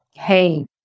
hey